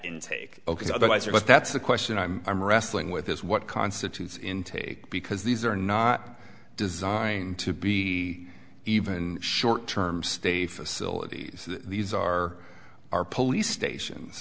intake ok otherwise or but that's a question i'm i'm wrestling with this what constitutes intake because these are not designed to be even short term stay facilities these are our police stations